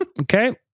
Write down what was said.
Okay